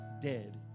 dead